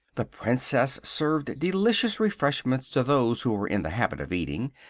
the princess served delicious refreshments to those who were in the habit of eating,